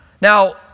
Now